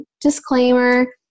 disclaimer